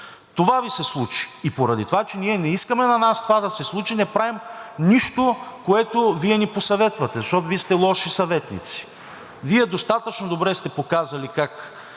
Това Ви се случи. Поради това, че не искаме на нас това да се случи, не правим нищо, което Вие ни посъветвате, защото Вие сте лоши съветници. Вие достатъчно добре сте показали как